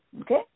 okay